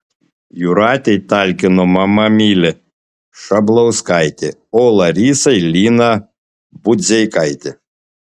jūratei talkino mama milė šablauskaitė o larisai lina budzeikaitė